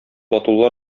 батулла